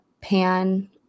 pan